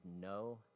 no